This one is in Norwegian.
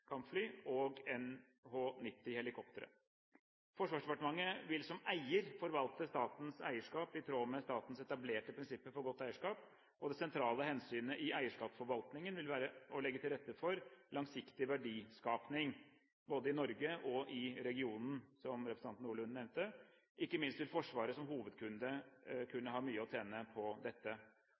vil som eier forvalte statens eierskap i tråd med statens etablerte prinsipper for godt eierskap, og det sentrale hensynet i eierskapsforvaltningen vil være å legge til rette for langsiktig verdiskaping både i Norge og i regionen, som representanten Orlund nevnte. Ikke minst vil Forsvaret som hovedkunde kunne ha mye å tjene på dette.